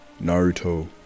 Naruto